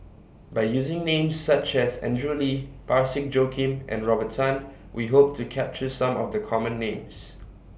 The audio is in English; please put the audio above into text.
By using Names such as Andrew Lee Parsick Joaquim and Robert Tan We Hope to capture Some of The Common Names